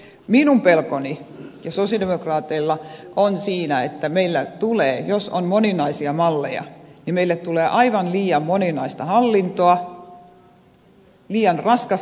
minun pelkoni ja sosialidemokraattien pelko on siinä että meillä tulee jos on moninaisia malleja aivan liian moninaista hallintoa liian raskasta hallintoa